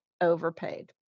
overpaid